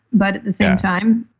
but at the same time,